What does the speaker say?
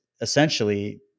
essentially